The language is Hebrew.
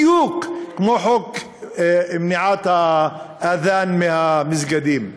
בדיוק כמו חוק מניעת האד'אן מהמסגדים.